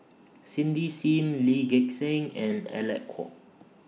Cindy SIM Lee Gek Seng and Alec Kuok